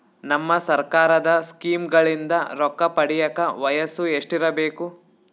ನಮ್ಮ ಸರ್ಕಾರದ ಸ್ಕೀಮ್ಗಳಿಂದ ರೊಕ್ಕ ಪಡಿಯಕ ವಯಸ್ಸು ಎಷ್ಟಿರಬೇಕು?